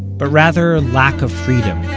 but rather lack of freedom.